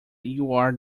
you’re